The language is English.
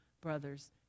brothers